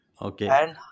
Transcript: Okay